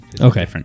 Okay